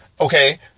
okay